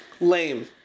Lame